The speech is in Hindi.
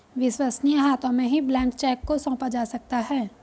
विश्वसनीय हाथों में ही ब्लैंक चेक को सौंपा जा सकता है